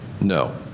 No